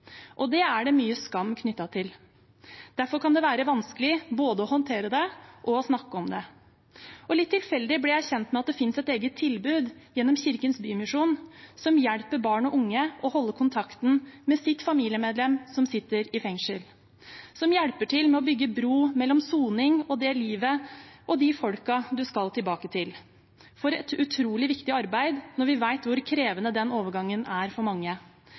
Det er det mye skam knyttet til. Derfor kan det være vanskelig både å håndtere det og snakke om det. Litt tilfeldig ble jeg kjent med at det finnes et eget tilbud gjennom Kirkens Bymisjon som hjelper barn og unge til å holde kontakten med sitt familiemedlem som sitter i fengsel, som hjelper til med å bygge bro mellom soning og det livet og de menneskene man skal tilbake til. Det er et utrolig viktig arbeid, når vi vet hvor krevende den overgangen er for mange.